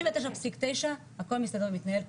99.9 הכול מסתדר ומתנהל.